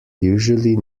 usually